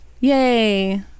Yay